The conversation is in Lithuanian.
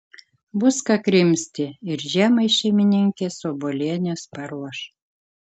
bus ką krimsti ir žiemai šeimininkės obuolienės paruoš